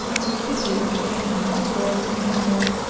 the cupid of the ancients was, in general,